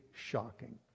shocking